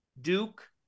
Duke